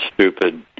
stupid